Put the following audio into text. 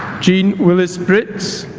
jean-willis brits